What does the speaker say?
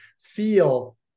feel